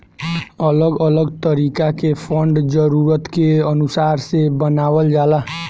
अलग अलग तरीका के फंड जरूरत के अनुसार से बनावल जाला